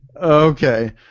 Okay